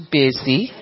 busy